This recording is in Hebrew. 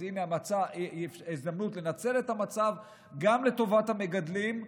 אז הינה הזדמנות לנצל את המצב גם לטובת המגדלים,